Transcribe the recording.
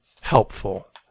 helpful